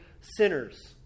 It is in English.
sinners